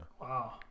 Wow